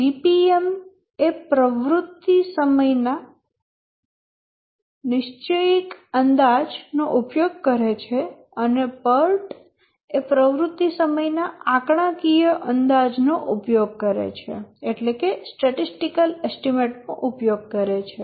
CPM એ પ્રવૃત્તિ સમયના નિશ્ચયિક અંદાજ નો ઉપયોગ કરે છે અને PERT એ પ્રવૃત્તિ સમયના આંકડાકીય અંદાજ નો ઉપયોગ કરે છે